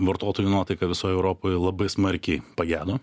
vartotojų nuotaika visoj europoj labai smarkiai pagedo